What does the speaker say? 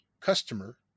customer